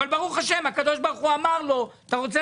אבל ברוך השם הקדוש ברוך הוא אמר לו שאם הוא רוצה